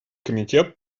комитет